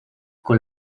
con